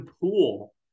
pool